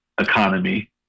economy